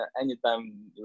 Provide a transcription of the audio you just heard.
anytime